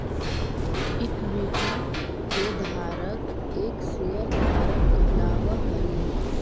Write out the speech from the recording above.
equity के धारक एक शेयर धारक कहलावऽ हइ